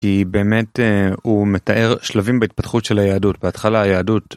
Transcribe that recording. היא באמת, הוא מתאר שלבים בהתפתחות של היהדות, בהתחלה היהדות.